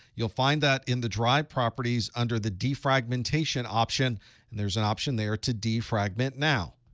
you'll find that in the drive properties under the defragmentation option. and there's an option there to defragment now.